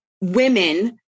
women